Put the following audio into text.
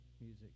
music